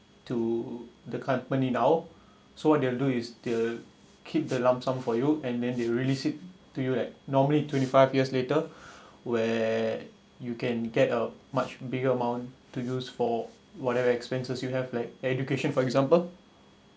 to now so what they will do is they'll keep the lump sum for you and then they release it to you at normally twenty five years later where you can get a much bigger amount to use for whatever expenses you have like education for example